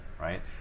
right